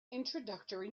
introductory